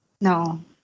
No